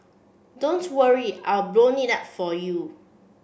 don't worry I've blown it up for you